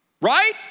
Right